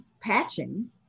patching